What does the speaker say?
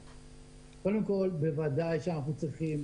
קודם כל, בוודאי שאנחנו צריכים.